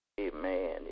Amen